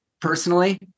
personally